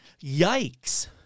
yikes